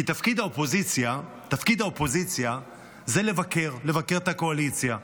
כי תפקיד האופוזיציה זה לבקר, לבקר את הקואליציה.